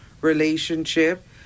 relationship